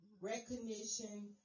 recognition